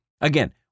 Again